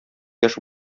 яшь